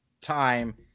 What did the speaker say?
time